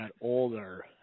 older